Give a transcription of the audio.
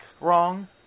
wrong